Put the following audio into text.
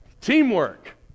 Teamwork